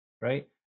right